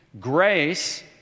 Grace